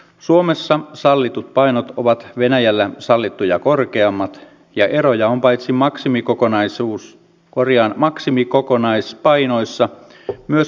suomessa sallitut painot ovat venäjällä sallittuja korkeammat ja eroja on paitsi maksimikokonaispainoissa myös laskemistavassa